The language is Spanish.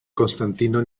constantino